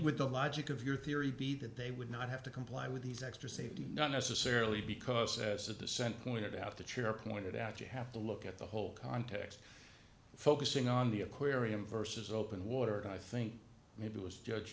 with the logic of your theory be that they would not have to comply with these extra safety not necessarily because as the dissent pointed out the chair pointed out you have to look at the whole context focusing on the aquarium versus open water and i think it was judge